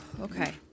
okay